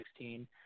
2016